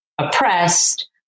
oppressed